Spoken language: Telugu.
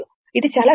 ఇది చాలా సులభం